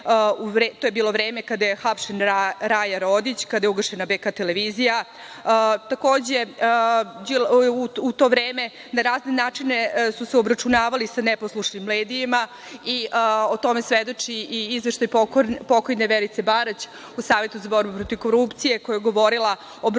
To je bilo vreme kada je hapšen Raja Rodić, kada je ugašena „BK“ televizija. Takođe, u to vreme na razne načine su se obračunavali sa neposlušnim medijima i o tome svedoči i izveštaj pokojne Verice Barać, u Savetu za borbu protiv korupcije, koja je govorila o brojnim